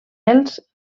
els